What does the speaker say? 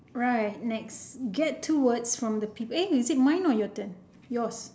right next get two words from the people eh is it mine or your turn yours